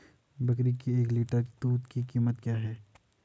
बकरी के एक लीटर दूध की कीमत क्या है?